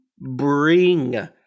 bring